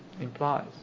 implies